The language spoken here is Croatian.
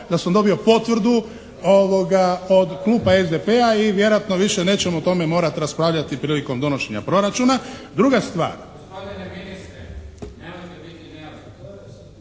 da sam dobio potvrdu od Kluba SDP-a i vjerojatno više nećemo o tome morati raspravljati prilikom donošenja proračuna. Druga stvar